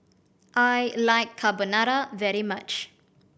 I like Carbonara very much